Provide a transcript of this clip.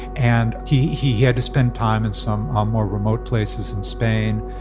and he he had to spend time in some um more remote places in spain.